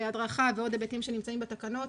והדרכה ועוד היבטים שנמצאים בתקנות.